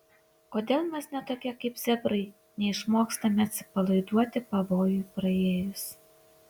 kodėl mes ne tokie kaip zebrai ir neišmokstame atsipalaiduoti pavojui praėjus